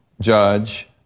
Judge